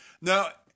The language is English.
Now